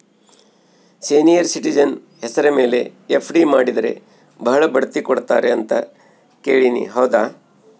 Senior citizen ಹೆಸರ ಮೇಲೆ FD ಮಾಡಿದರೆ ಬಹಳ ಬಡ್ಡಿ ಕೊಡ್ತಾರೆ ಅಂತಾ ಕೇಳಿನಿ ಹೌದಾ?